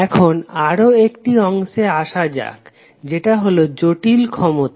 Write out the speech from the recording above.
এখন আরও একটি অংশে আসা যাক যেটা হলো জটিল ক্ষমতা